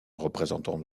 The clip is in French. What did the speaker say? représentant